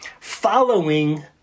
following